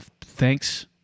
Thanks